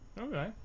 Okay